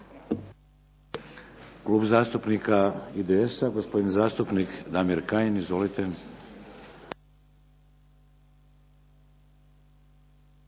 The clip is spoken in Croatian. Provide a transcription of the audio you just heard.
Klub zastupnika IDS-a, gospodin zastupnik Damir Kajin. Izvolite.